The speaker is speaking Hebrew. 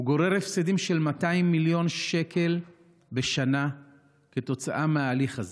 הוא גורר הפסדים של 200 מיליון שקל בשנה כתוצאה מההליך הזה,